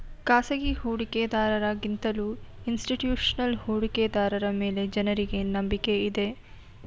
ಖಾಸಗಿ ಹೂಡಿಕೆದಾರರ ಗಿಂತಲೂ ಇನ್ಸ್ತಿಟ್ಯೂಷನಲ್ ಹೂಡಿಕೆದಾರರ ಮೇಲೆ ಜನರಿಗೆ ನಂಬಿಕೆ ಇದೆ